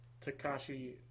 Takashi